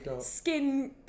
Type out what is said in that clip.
Skin